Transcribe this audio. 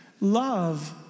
Love